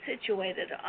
situated